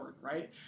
right